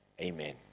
amen